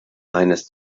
eines